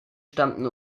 stammten